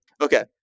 Okay